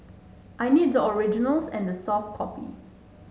I need the originals and the soft copy